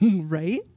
right